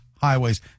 Highways